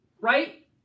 right